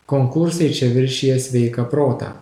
konkursai čia viršija sveiką protą